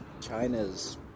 China's